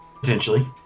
Potentially